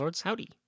Howdy